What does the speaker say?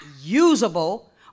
usable